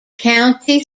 county